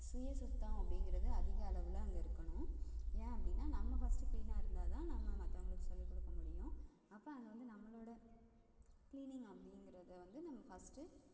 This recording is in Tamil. சுய சுத்தம் அப்படிங்கிறது அதிக அளவில் அங்கே இருக்கணும் ஏன் அப்படின்னா நம்ம ஃபர்ஸ்ட்டு க்ளீனாக இருந்தால் தான் நம்ம மற்றவங்களுக்கு சொல்லிக் கொடுக்க முடியும் அப்போ அங்கே வந்து நம்மளோடய க்ளீனிங் அப்படிங்கிறத வந்து நம்ம ஃபர்ஸ்ட்டு